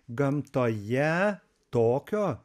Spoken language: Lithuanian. gamtoje tokio